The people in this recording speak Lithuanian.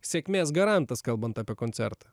sėkmės garantas kalbant apie koncertą